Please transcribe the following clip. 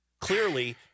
Clearly